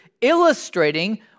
illustrating